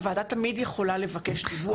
הוועדה תמיד יכולה לבקש דיווח.